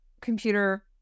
computer